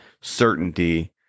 certainty